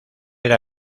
era